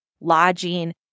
lodging